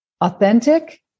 authentic